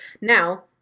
Now